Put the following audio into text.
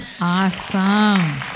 Awesome